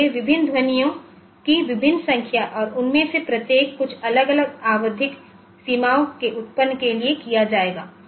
इसलिए विभिन्न ध्वनियों की विभिन्न संख्या और उनमें से प्रत्येक कुछ अलग अलग आवधिक सीमाओं के उत्पादन के लिए किया जाएगा